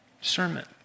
Sermon